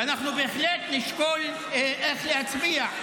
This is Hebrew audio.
ואנחנו בהחלט נשקול איך להצביע,